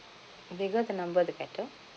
the bigger the number the better